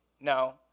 No